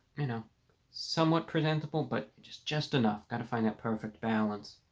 you know somewhat presentable, but just just enough gotta find that perfect balance